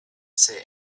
say